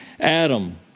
Adam